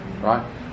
right